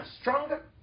stronger